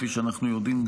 כפי שאנחנו יודעים,